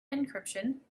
encryption